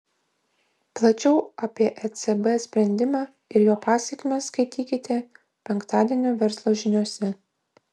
plačiau apie ecb sprendimą ir jo pasekmes skaitykite penktadienio verslo žiniose